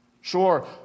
Sure